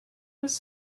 was